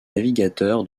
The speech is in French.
navigateur